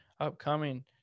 upcoming